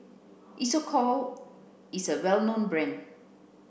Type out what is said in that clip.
Isocal is a well known brand